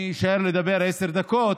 אני אשאר לדבר עשר דקות,